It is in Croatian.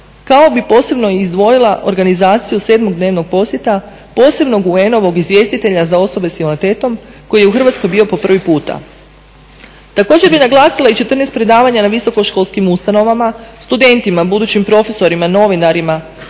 Đakovu. Posebno bih izdvojila organizaciju sedmodnevnog posjeta, posebnog UN-ovog izvjestitelja za osobe s invaliditetom koji je u Hrvatskoj bio po prvi puta. Također bih naglasila i 14 predavanja na visokoškolskim ustanovama, studentima, budućim profesorima, novinarima,